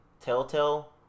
telltale